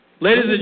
Ladies